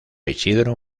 isidro